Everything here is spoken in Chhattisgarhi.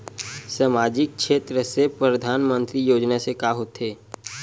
सामजिक क्षेत्र से परधानमंतरी योजना से का होथे?